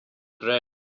greg